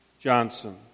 Johnson